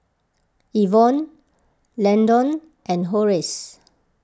Ivonne Landon and Horace